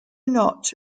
not